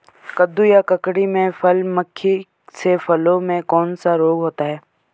कद्दू या ककड़ी में फल मक्खी से फलों में कौन सा रोग होता है?